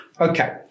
Okay